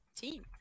team